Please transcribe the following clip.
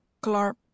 Clark